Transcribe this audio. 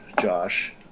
Josh